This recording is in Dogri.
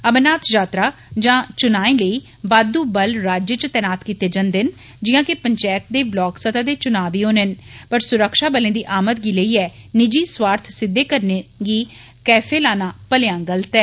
अमरनाथ यात्रा जां चुनाएं लेई बाद् बल राज्य च तैनात कीते जंदे न जियां के पंचैत दे ब्लाक सतह दे चुनां बी होने न पर सुरक्षा बलें दी आमद गी लेईयै निजि स्वार्थ सिद्दे करने गित्ते क्याफे लाना भ्लेयां गलत ऐ